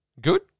Good